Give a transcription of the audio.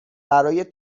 برای